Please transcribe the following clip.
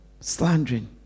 slandering